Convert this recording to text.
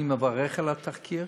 אני מברך על התחקיר.